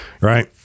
right